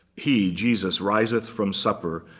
he, jesus, riseth from supper,